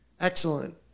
Excellent